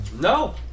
No